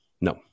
no